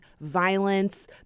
violence